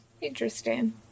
interesting